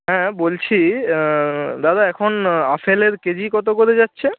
হ্যাঁ বলছি দাদা এখন আপেলের কেজি কত করে যাচ্ছে